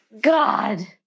God